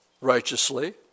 righteously